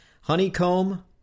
honeycomb